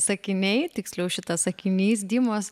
sakiniai tiksliau šitas sakinys dymos